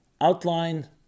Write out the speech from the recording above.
outline